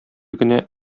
генә